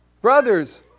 Brothers